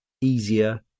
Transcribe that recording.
easier